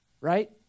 right